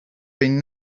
been